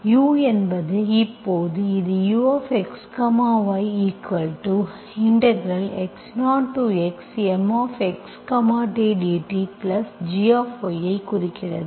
u என்பது இப்போது இதுux yx0xMxt dtgy ஐ குறிக்கிறது